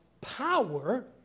power